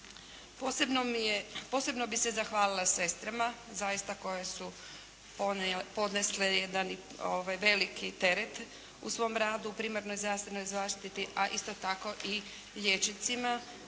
Posebno bih se zahvalila sestrama zaista koje su podnesle jedan veliki teret u svom radu u primarnoj zdravstvenoj zaštiti, a isto tako i liječnicima,